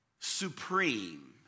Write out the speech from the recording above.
supreme